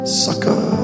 sucker